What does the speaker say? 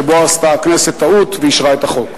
שבו עשתה הכנסת טעות ואישרה את החוק.